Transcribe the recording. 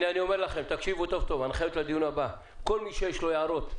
לקראת הדיון הבא כל מי שיש לו הערות,